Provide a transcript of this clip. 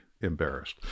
embarrassed